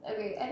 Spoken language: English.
Okay